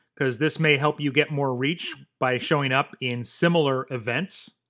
cause this may help you get more reach by showing up in similar events.